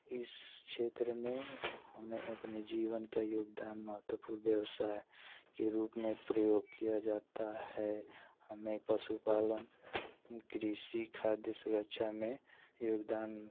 इस क्षेत्र में हमें अपने जीवन का योगदान महत्वपूर्ण व्यवसाय के रूप में प्रयोग किया जाता है हमें पशुपालन कृषि खाद्य सुरक्षा में योगदान